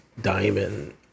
diamond